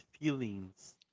feelings